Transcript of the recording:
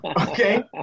okay